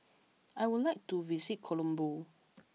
I would like to visit Colombo